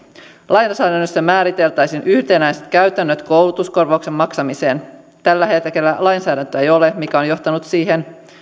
lainsäädännössä määriteltäisiin yhtenäiset käytännöt koulutuskorvauksen maksamiseen tällä hetkellä lainsäädäntöä ei ole mikä on johtanut siihen